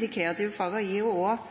De kreative fagene gir